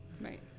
Right